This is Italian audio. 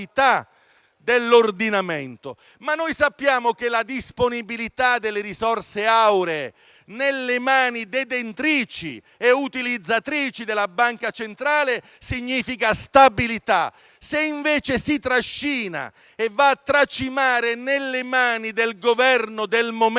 Sappiamo però che la disponibilità delle risorse auree nelle mani detentrici e utilizzatrici della banca centrale significa stabilità; se invece si trascina e va a tracimare nelle mani del Governo e della legislatura